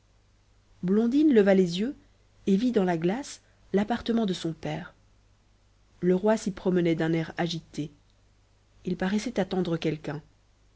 blondine leva les yeux et vit dans la glace l'appartement de son père le roi s'y promenait d'un air agité il paraissait attendre quelqu'un